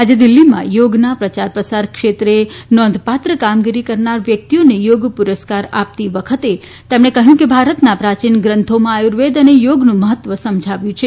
આજે દિલ્ફીમાં યોગના પ્રચાર પ્રસાર ક્ષેત્રે નોંધપાત્ર કામગીરી કરનાર વ્યક્તિઓને યોગ પુરસ્કાર આપતી વખતે તેમણે કહ્યું કે ભારતના પ્રાચીન ગ્રંથોમાં આયુર્વેદ અને યોગનું મહત્વ સમજાવ્યું છે